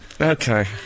Okay